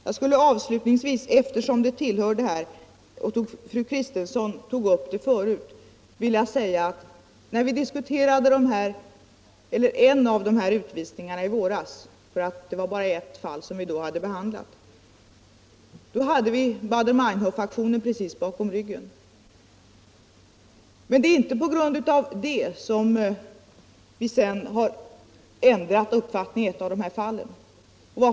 Jag skulle avslutningsvis vilja beröra en sak, eftersom den tillhör ärendet och fru Kristensson tog upp den förut. När vi diskuterade en av dessa utvisningar i våras — det gällde bara ert fall, eftersom vi inte hade behandlat mer än ett fall då — låg Baader-Meinhof-aktionen precis bakom oss. Men det är inte på grund därav som vi sedan har ändrat uppfattning i det här fallet.